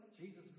Jesus